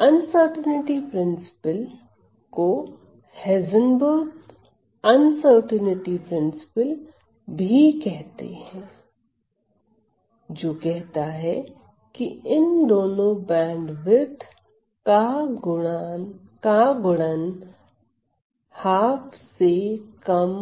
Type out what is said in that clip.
uncertainty principle को Heisenberg uncertainty principle भी कहते हैं जो कहता है कि इन दोनों बैंडविथ का गुणन ½ से कम